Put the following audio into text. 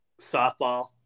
softball